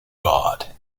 god